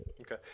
Okay